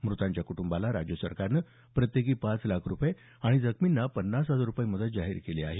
मृतांच्या कुटुंबाला राज्यसरकारनं प्रत्येकी पाच लाख रुपये आणि जखमींना पन्नास हजार रुपये मदत जाहीर केली आहे